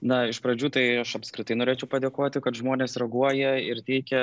na iš pradžių tai aš apskritai norėčiau padėkoti kad žmonės reaguoja ir teikia